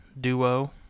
duo